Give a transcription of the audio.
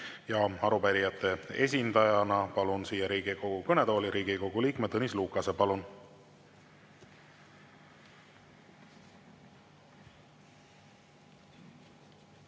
Arupärijate esindajana palun siia Riigikogu kõnetooli Riigikogu liikme Tõnis Lukase. Palun!